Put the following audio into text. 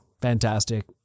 Fantastic